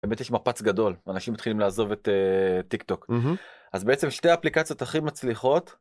באמת יש מפץ גדול אנשים מתחילים לעזוב את טיק טוק אז בעצם שתי אפליקציות הכי מצליחות.